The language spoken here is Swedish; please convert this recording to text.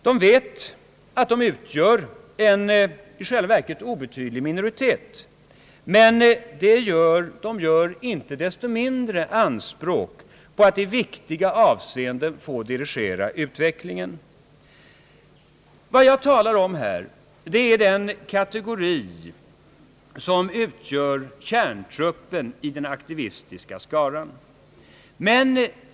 De vet att de utgör en i själva verket obetydlig minoritet, men de gör inte desto mindre anspråk på att i viktiga avseenden få dirigera utvecklingen. Vad jag talar om här är den kategori som utgör kärntruppen i den aktivistiska skaran.